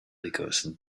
because